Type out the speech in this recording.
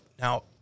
Now